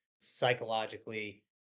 psychologically